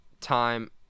time